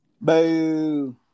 Boo